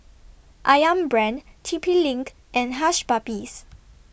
Ayam Brand T P LINK and Hush Puppies